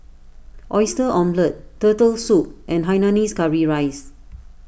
Oyster Omelette Turtle Soup and Hainanese Curry Rice